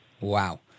Wow